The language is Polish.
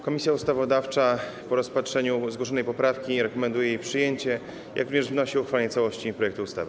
Komisja Ustawodawcza po rozpatrzeniu zgłoszonej poprawki rekomenduje jej przyjęcie, jak również wnosi o uchwalenie całości projektu ustawy.